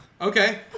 Okay